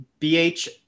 BH